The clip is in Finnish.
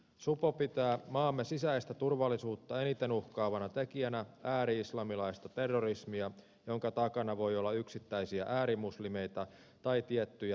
supo pitää maamme sisäistä turvallisuutta eniten uhkaavana tekijänä ääri islamilaista terrorismia jonka takana voi olla yksittäisiä äärimuslimeita tai tiettyjä kiihkoislamilaisia ryhmittymiä